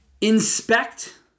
Inspect